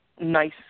nice